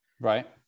Right